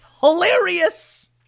hilarious